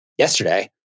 Yesterday